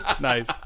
Nice